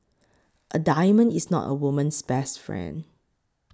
a diamond is not a woman's best friend